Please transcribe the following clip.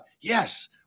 yes